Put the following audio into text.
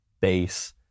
base